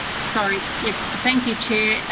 sorry yes, thank you, chair,